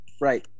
Right